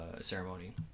ceremony